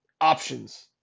options